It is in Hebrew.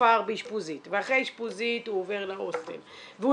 בכפר באשפוזית ואחרי אשפוזית הוא עובר להוסטל והוא